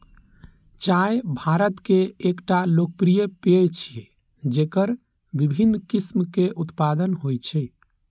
चाय भारत के एकटा लोकप्रिय पेय छियै, जेकर विभिन्न किस्म के उत्पादन होइ छै